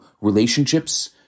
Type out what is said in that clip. relationships